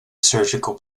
surgical